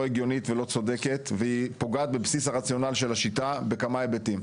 הגיונית ולא צודקת והיא פוגעת בבסיס הרציונל של השיטה בכמה היבטים.